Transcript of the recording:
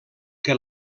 que